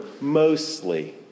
mostly